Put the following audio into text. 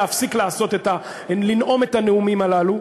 להפסיק לנאום את הנאומים הללו.